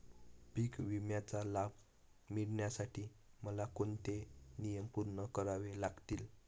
पीक विम्याचा लाभ मिळण्यासाठी मला कोणते नियम पूर्ण करावे लागतील?